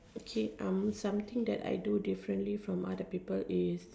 okay um something that I do differently from people is